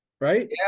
Right